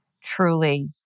truly